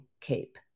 cape